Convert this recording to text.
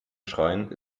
schreien